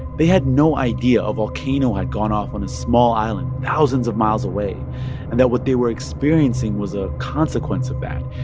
they had no idea a volcano had gone off on a small island thousands of miles away and that what they were experiencing was a consequence of that.